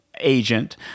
agent